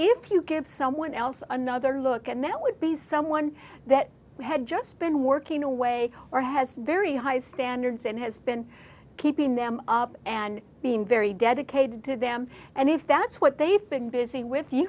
if you give someone else another look and that would be someone that had just been working away or has very high standards and has been keeping them up and being very dedicated to them and if that's what they've been busy with you